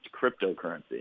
cryptocurrency